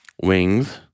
wings